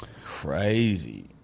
Crazy